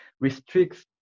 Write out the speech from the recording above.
restricts